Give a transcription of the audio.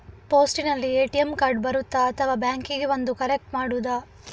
ಪೋಸ್ಟಿನಲ್ಲಿ ATM card ಬರುತ್ತಾ ಅಥವಾ ಬ್ಯಾಂಕಿಗೆ ಬಂದು ಕಲೆಕ್ಟ್ ಮಾಡುವುದು?